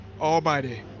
Almighty